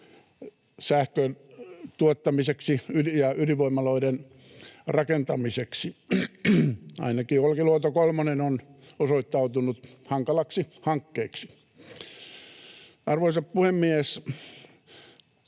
sähkön tuottamiseksi ja ydinvoimaloiden rakentamiseksi. Ainakin Olkiluoto kolmonen on osoittautunut hankalaksi hankkeeksi. Arvoisa puhemies!